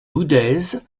boudaises